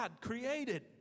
created